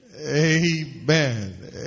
Amen